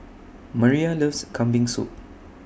Maria loves Kambing Soup